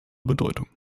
bedeutung